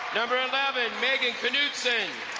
number eleven, meg an knudtson.